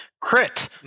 crit